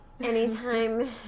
Anytime